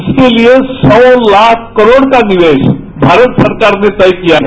इसके लिए सौ लाख रूपये का निवेश भारत सरकार ने तय किया है